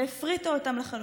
והפריטה אותם לחלוטין.